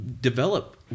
develop